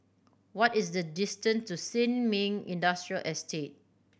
what is the distant to Sin Ming Industrial Estate